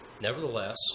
Nevertheless